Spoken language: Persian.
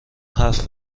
حرف